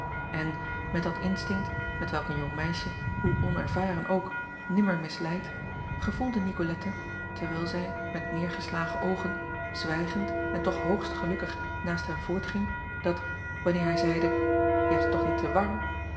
en met dat instinkt hetwelk een jong meisje hoe onervaren ook nimmer misleidt gevoelde icolette terwijl zij met neêrgeslagen oogen zwijgend en toch hoogst gelukkig naast hem voortging dat wanneer hij zeide je hebt het toch niet te warm